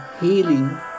healing